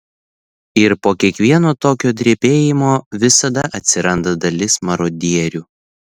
ir po kiekvieno tokio drebėjimo visada atsiranda dalis marodierių